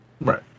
Right